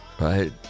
Right